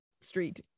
street